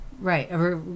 Right